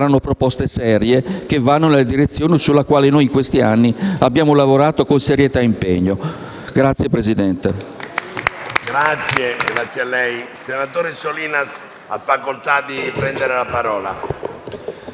saranno proposte serie che vanno nella direzione sulla quale, in questi anni, abbiamo lavorato con serietà e impegno. *(Applausi